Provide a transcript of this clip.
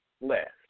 left